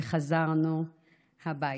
וחזרנו הביתה.